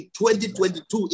2022